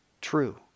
true